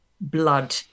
blood